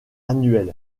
annuels